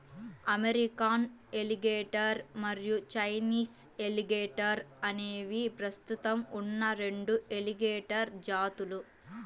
American alligator మరియు Chinese alligator అనేవి ప్రస్తుతం ఉన్న రెండు ఎలిగేటర్ జాతులు